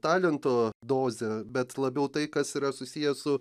talento dozė bet labiau tai kas yra susiję su